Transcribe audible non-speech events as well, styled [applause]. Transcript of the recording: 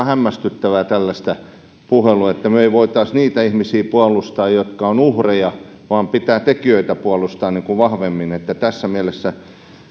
[unintelligible] hämmästyttävää tällainen puhelu että me emme voisi niitä ihmisiä puolustaa jotka ovat uhreja vaan pitää tekijöitä puolustaa vahvemmin tässä mielessä